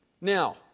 Now